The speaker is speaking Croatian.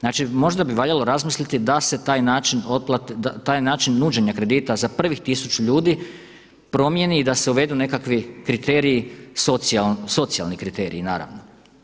Znači možda bi valjalo razmisliti da se taj način otplate, taj način nuđenja kredita za prvih 1000 ljudi promijeni i da se uvedu nekakvi kriteriji, socijalni kriteriji naravno.